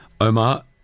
Omar